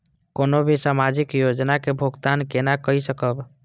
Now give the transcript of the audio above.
कोनो भी सामाजिक योजना के भुगतान केना कई सकब?